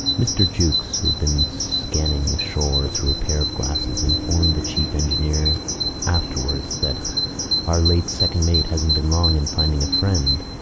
mr. jukes, who had been scanning the shore through a pair of glasses, informed the chief engineer afterwards that our late second mate hasnt been long in finding a friend.